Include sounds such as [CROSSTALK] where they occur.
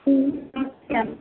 जी [UNINTELLIGIBLE]